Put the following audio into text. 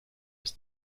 ist